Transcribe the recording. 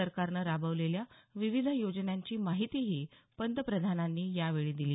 सरकारनं राबवलेल्या विविध योजनांची माहितीही पंतप्रधानांनी यावेळी दिली